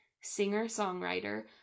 singer-songwriter